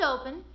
open